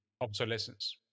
obsolescence